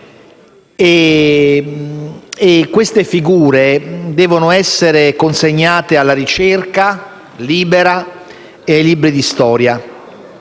e queste figure devono essere consegnate alla ricerca libera e ai libri di storia.